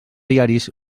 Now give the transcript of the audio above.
diaris